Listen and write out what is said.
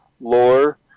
lore